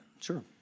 sure